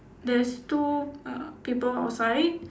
there's two uh people outside